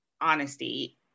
honesty